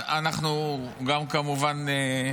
אנחנו, גם, כמובן,